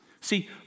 See